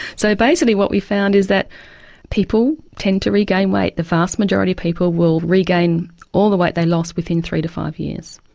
so basically what we found is that people tend to regain weight. the vast majority of people will regain all the weight they lost within three to five years.